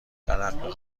ترقه